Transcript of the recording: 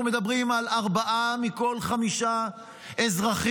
אנחנו מדברים על ארבעה מכל חמישה אזרחים,